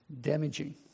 damaging